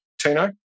Tino